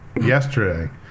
Yesterday